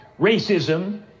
racism